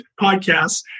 podcasts